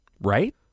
right